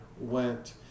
went